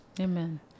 Amen